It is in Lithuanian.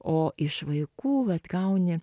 o iš vaikų vat gauni